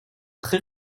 très